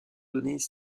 données